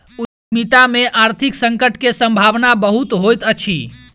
उद्यमिता में आर्थिक संकट के सम्भावना बहुत होइत अछि